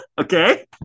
okay